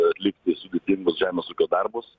atlikti sudėtingus žemės ūkio darbus